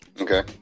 Okay